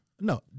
No